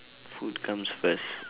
food comes first